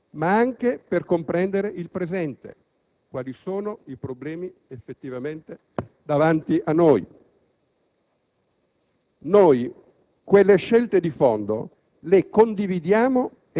Con il tempo una parte dei comunisti ha riconosciuto, non sempre limpidamente, il proprio errore; un'altra parte, invece, non